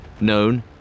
known